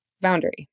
boundary